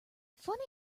funny